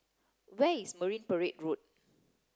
where is Marine Parade Road